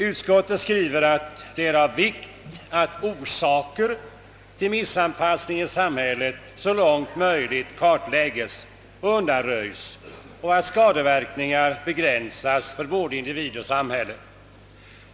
Utskottet skriver att det är av vikt »att orsaker till missanpassning i samhället så långt möjligt kartläggs och undanröjs» och att skadeverkningarna begränsas för både individ och samhälle.